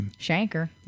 Shanker